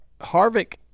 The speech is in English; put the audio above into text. Harvick